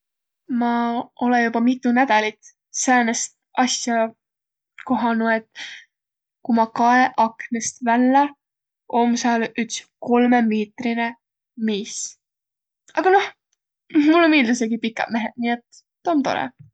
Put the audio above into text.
Ma olõ juba mitu nädälit säänest asja kohanuq, et ku ma kae aknõst vällä, om sääl üts kolmõmiitrine miis. Agaq noh, mullõ miildüsegiq pikäq meheq, nii et tuu om tore.